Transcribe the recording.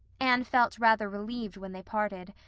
anne felt rather relieved when they parted.